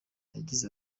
yagize